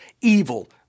evil